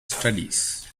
studies